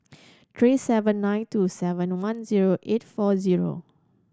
three seven nine two seven one zero eight four zero